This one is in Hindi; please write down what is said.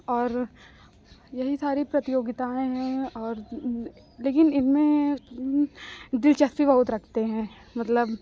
और यही सारी प्रतियोगिताएं हैं लेकिन इनमें दिलचस्पी बहुत रखते हैं मतलब